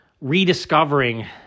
rediscovering